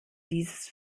dieses